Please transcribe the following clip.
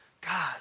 God